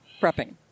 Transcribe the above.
prepping